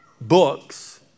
books